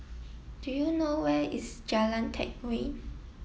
do you know where is Jalan Teck Whye